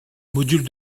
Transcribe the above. module